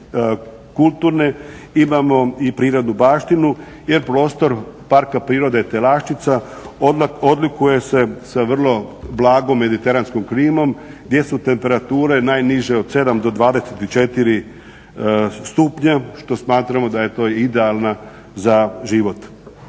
kulturne imamo i prirodnu baštinu jer prostor Parka prirode Telaščica odlikuje se sa vrlo blagom mediteranskom klimom gdje su temperature najniže od 7 do 24 stupnja što smatramo da je to idealna za život.